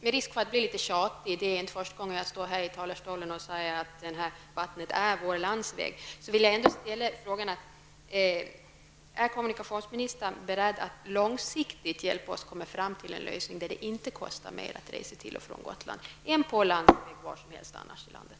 Med risk för att bli litet tjatig -- det är inte första gången jag från denna talarstol säger att vattnet är vår landsväg -- vill jag ändå ställa följande fråga: Är kommunikationsministern beredd att långsiktigt hjälpa oss att komma fram till en lösning, som gör att det inte kostar mera att resa till Gotland än att resa till något annat ställe var som helst i landet i övrigt?